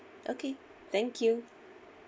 okay thank you